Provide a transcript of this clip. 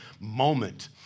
moment